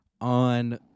on